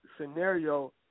scenario